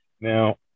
Now